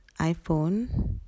iPhone